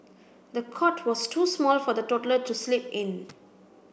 the cot was too small for the toddler to sleep in